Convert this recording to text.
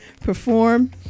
perform